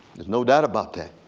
there's no doubt about that.